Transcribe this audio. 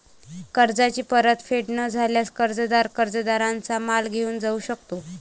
कर्जाची परतफेड न झाल्यास, कर्जदार कर्जदाराचा माल घेऊन जाऊ शकतो